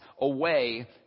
away